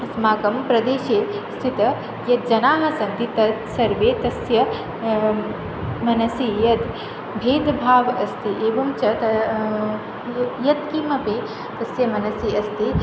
अस्माकं प्रदेशे स्थितः ये जनाः सन्ति ते सर्वे तस्य मनसि यत् भेदभावः अस्ति एवं च यत् किमपि तस्य मनसि अस्ति